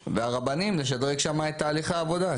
והרבנים כדי לשדרג שם את תהליכי העבודה,